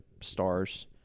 stars